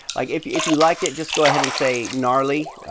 like if if you liked it, just go ahead and say gnarley,